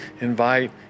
invite